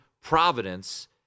Providence